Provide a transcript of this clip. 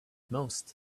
most